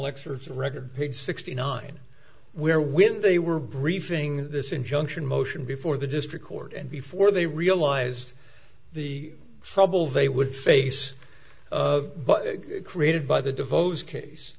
exercise record pigs sixty nine where when they were briefing this injunction motion before the district court and before they realized the trouble they would face of created by the devoted case